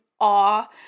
awe